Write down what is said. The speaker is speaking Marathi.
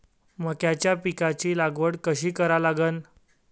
मक्याच्या पिकाची लागवड कशी करा लागन?